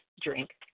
drink